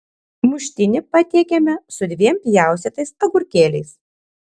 muštinį patiekiame su dviem pjaustytais agurkėliais